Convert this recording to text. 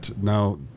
now